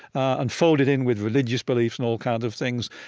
and folded in with religious beliefs and all kinds of things,